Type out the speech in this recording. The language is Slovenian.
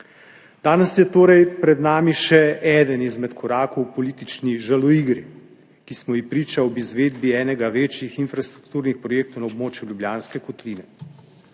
Danes je torej pred nami še eden izmed korakov v politični žaloigri, ki smo ji priča ob izvedbi enega večjih infrastrukturnih projektov na območju Ljubljanske kotline.